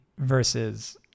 versus